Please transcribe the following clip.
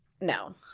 no